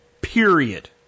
period